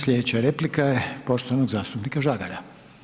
Sljedeća replika je poštovanog zastupnika Žagara.